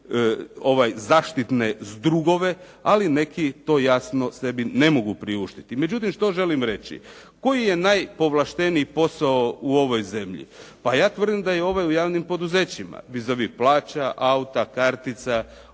zaštitne zdrugove ali neki jasno to sebi ne mogu priuštiti, međutim, što želim reći. Koji je najpovlašteniji posao u ovoj zemlji. Pa ja tvrdim da je ovaj u javnim poduzećima, vis a vis plaća, auta, kartica,